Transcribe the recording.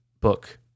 book